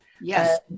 Yes